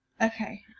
Okay